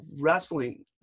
wrestling